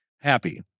happy